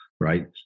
right